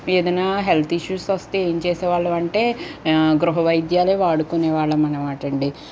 ఏదైనా health issues వస్తే ఏం చేసే వాళ్ళు అంటే గృహ వైద్యాలే వాడుకొనే వాళ్ళం అనమాట అండీ